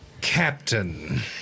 Captain